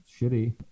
shitty